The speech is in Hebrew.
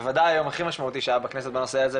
שוודאי זה היום הכי משמעותי שהיה בכנסת בנושא הזה,